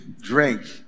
drink